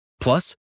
Plus